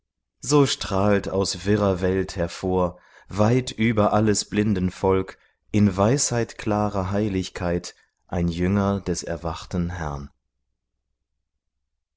so strahlt aus wirrer welt hervor weit über alles blindenvolk in weisheitklarer heiligkeit ein jünger des erwachten herrn